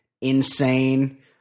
insane